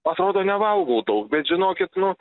atrodo nevalgau daug bet žinokit nu